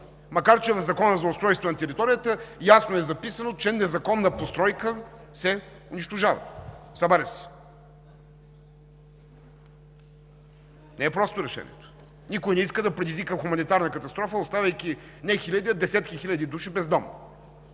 макар че в Закона за устройство на територията ясно е записано, че незаконна постройка се унищожава, събаря се. Не е просто решението. Никой не иска да предизвика хуманитарна катастрофа, оставяйки, не хиляди, а десетки хиляди души без дом.